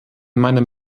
meinem